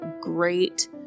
great